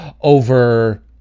over